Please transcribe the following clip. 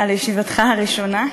על ישיבתך הראשונה.